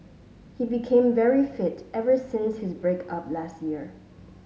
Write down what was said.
he became very fit ever since his break up last year